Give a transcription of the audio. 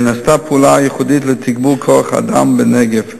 נעשתה פעולה ייחודית לתגבור כוח-האדם בנגב,